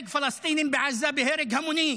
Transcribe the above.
לחץ צבאי הורג פלסטינים בעזה בהרג המוני,